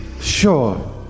Sure